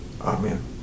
Amen